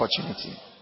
opportunity